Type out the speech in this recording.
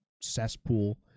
cesspool